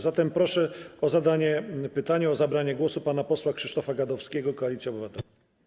Zatem proszę o zadanie pytania, o zabranie głosu pana posła Krzysztofa Gadowskiego, Koalicja Obywatelska.